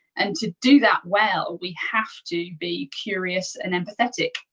and to do that well, we have to be curious and empathetic.